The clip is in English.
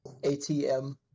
ATM